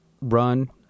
run